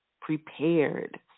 prepared